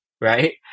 right